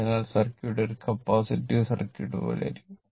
അതിനാൽ സർക്യൂട്ട് ഒരു capacitive circuit പോലെയാകും